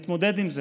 אתמודד עם זה,